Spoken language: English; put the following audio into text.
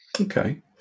okay